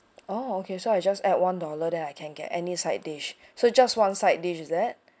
oh okay so I just add one dollar then I can get any side dish so just one side dish is that